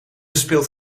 speelt